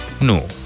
No